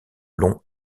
long